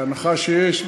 בהנחה שיש,